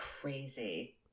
crazy